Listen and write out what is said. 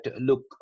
look